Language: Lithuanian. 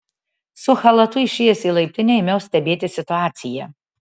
su chalatu išėjęs į laiptinę ėmiau stebėti situaciją